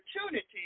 opportunity